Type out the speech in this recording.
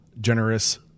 generous